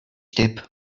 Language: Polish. typ